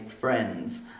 friends